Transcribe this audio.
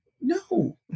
No